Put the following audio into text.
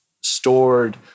stored